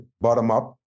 bottom-up